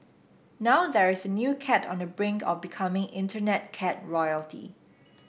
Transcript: now there is a new cat on the brink of becoming Internet cat royalty